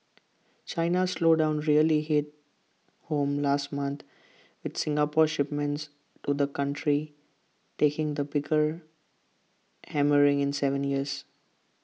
China's slowdown really hit home last month with Singapore's shipments to the country taking the bigger hammering in Seven years